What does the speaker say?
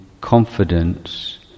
confidence